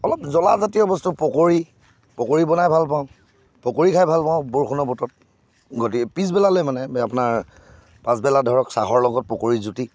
অলপ জ্বলা জাতীয় বস্তু পকৰী পকৰী বনাই ভাল পাওঁ পকৰী খাই ভাল পাওঁ বৰষুণৰ বতৰত গতিকে পিছবেলালে মানে আপোনাৰ পাছবেলা ধৰক চাহৰ লগত পকৰীৰ জুতি